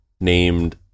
named